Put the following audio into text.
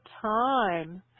time